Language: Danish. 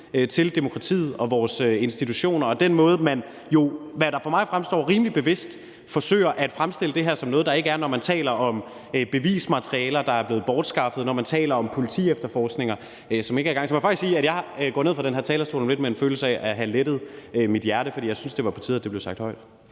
til demokratiet og vores institutioner, og den måde, man jo – hvad der for mig fremstår rimelig bevidst – forsøger at fremstille det her som noget, der ikke er der, når man taler om bevismateriale, der er blevet bortskaffet, og når man taler om politiefterforskninger, som ikke er i gang. Så jeg må faktisk sige, at jeg om lidt går ned fra den her talerstol med en følelse af at have lettet mit hjerte, for jeg synes, det var på tide at få sagt det højt.